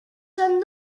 són